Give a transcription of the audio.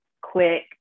quick